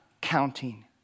counting